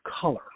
color